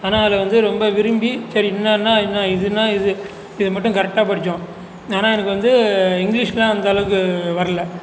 ஆனால் அதில் வந்து ரொம்ப விரும்பி சரி என்னன்னால் என்ன இதுன்னால் இது இதை மட்டும் கரெக்ட்டாக படிச்சோம் ஆனால் எனக்கு வந்து இங்கிலீஷ்லாம் அந்தளவுக்கு வரல